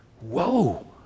whoa